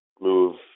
move